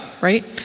right